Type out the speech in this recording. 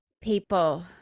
people